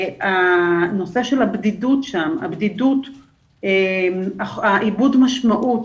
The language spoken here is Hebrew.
הנושא של הבדידות שם, איבוד המשמעות,